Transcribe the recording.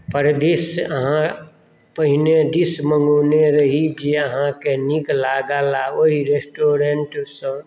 परिदृश्य अहाँ पहिने डिश मंगौने रही जे अहाँकेँ नीक लागल आ ओही रेस्टोरेंट सँ